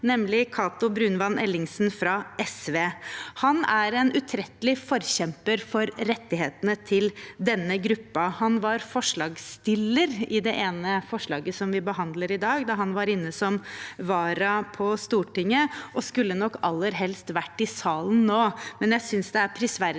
nemlig Cato Brunvand Ellingsen fra SV. Han er en utrettelig forkjemper for rettighetene til denne gruppen. Han var forslagsstiller i det ene forslaget som vi behandler i dag, da han var inne som vara på Stortinget, og han skulle nok aller helst vært i salen nå. Jeg synes det er prisverdig